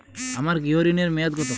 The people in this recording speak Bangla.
আমার গৃহ ঋণের মেয়াদ কত?